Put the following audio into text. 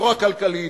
היא לא רק כלכלית,